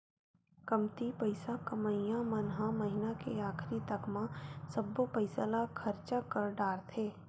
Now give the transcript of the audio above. कमती पइसा कमइया मन ह महिना के आखरी तक म सब्बो पइसा ल खरचा कर डारथे